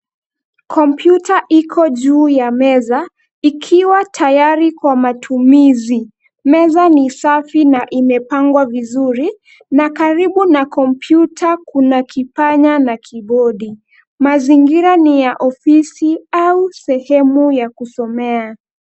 Kompyuta iko juu ya meza, ikiwa tayari kwa matumizi. Meza ni safi na imepangwa vizuri na karibu na kompyuta kuna kipanya na kiibodi. Mazingira ni ya ofisi au sehemu ya kusomea.